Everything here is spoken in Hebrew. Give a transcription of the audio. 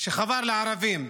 שחבר לערבים,